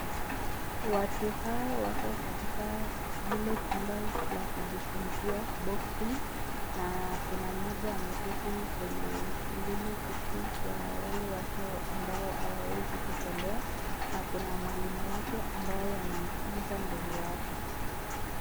Watu hawa wako katika lile chumba ya kujifunzia boksi na kuna moja ameketi kwenye hili kiti cha wale ambao hawawezi kutembea na kuna mwalimu wake ambaye anafunzwa mbele yake.